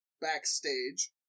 backstage